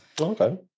Okay